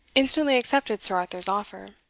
instantly accepted sir arthur's offer.